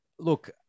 look